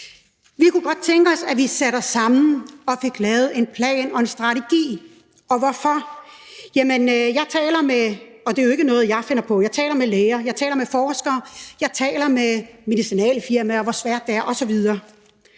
Vi kunne godt tænke os, at vi satte os sammen og fik lavet en plan og en strategi. Og hvorfor? Jamen jeg taler med – så det er jo ikke noget, jeg finder på – læger, jeg taler med forskere, og jeg taler med medicinalfirmaer om, hvor svært det er osv.